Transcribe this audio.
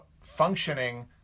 functioning